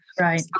Right